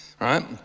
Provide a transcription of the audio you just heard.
right